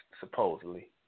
supposedly